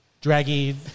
draggy